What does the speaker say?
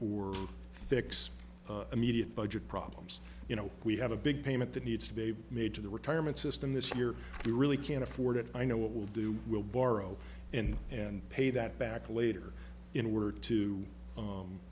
or fix immediate budget problems you know we have a big payment that needs to be made to the retirement system this year we really can't afford it i know what we'll do we'll borrow and and pay that back later in order to